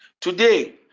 Today